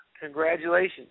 Congratulations